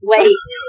Wait